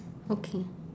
okay